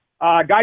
guys